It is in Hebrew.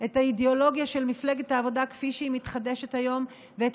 את האידיאולוגיה של מפלגת העבודה כפי שהיא מתחדשת היום ואת